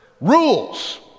rules